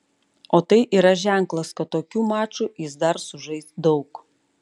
o tai yra ženklas kad tokių mačų jis dar sužais daug